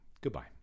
Goodbye